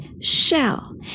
shell